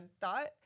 Thought